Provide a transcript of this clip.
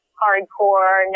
hardcore